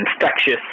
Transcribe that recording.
infectious